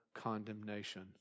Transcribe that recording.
condemnation